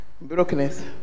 Brokenness